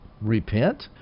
Repent